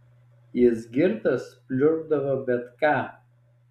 jis girtas pliurpdavo bet ką